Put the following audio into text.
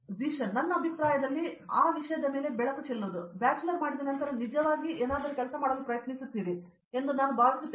ಝೀಶನ್ ನನ್ನ ಅಭಿಪ್ರಾಯದಲ್ಲಿ ಆ ವಿಷಯದ ಮೇಲೆ ಬೀಳುವಿಕೆ ನಿಮ್ಮ ಬ್ಯಾಚ್ಲರ್ ಮಾಡಿದ ನಂತರ ನೀವು ಏನಾದರೂ ಕೆಲಸ ಮಾಡಲು ಪ್ರಯತ್ನಿಸುತ್ತೀರಿ ಎಂದು ನಾನು ಭಾವಿಸುತ್ತೇನೆ